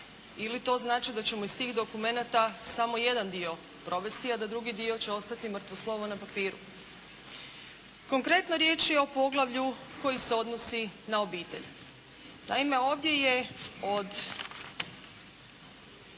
ili to znači da ćemo iz tih dokumenata samo jedan dio provesti a da drugi dio će ostati mrtvo slovo na papiru? Konkretno riječ je o poglavlju koji se odnosi na obitelj. Naime, ovdje je od